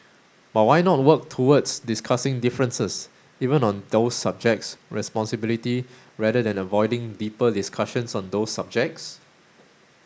but why not work towards discussing differences even on those subjects responsibility rather than avoiding deeper discussions on those subjects